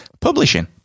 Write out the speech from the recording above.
Publishing